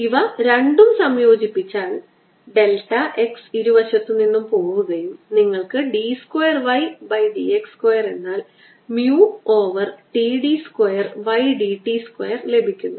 ഇവ രണ്ടും സംയോജിപ്പിച്ചാൽ ഡെൽറ്റ x ഇരുവശത്തുനിന്നും പോവുകയും നിങ്ങൾക്ക് d square y d x square എന്നാൽ mu over T d square y d t square ലഭിക്കുന്നു